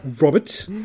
Robert